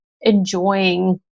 enjoying